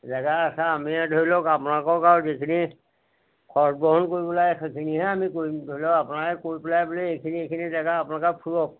জেগা আছে আমি ধৰি লওক আপোনালোকক আৰু যিখিনি খৰচ বহন কৰিব লাগে সেইখিনিহে আমি কৰিম ধৰি লওক আপোনালোকে বোলে এইখিনি এইখিনি জেগা আপোনালোকে ফুৰক